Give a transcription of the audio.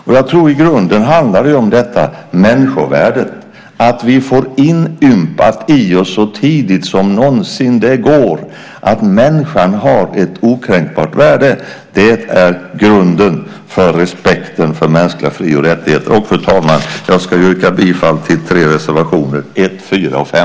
Jag tror att det i grunden handlar om detta, om människovärdet, att vi får inympat i oss så tidigt som det någonsin går att människan har ett okränkbart värde. Det är grunden för respekten för mänskliga fri och rättigheter. Fru talman! Jag ska yrka bifall till tre reservationer, 1, 4 och 5.